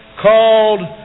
called